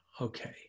Okay